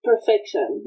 perfection